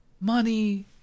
money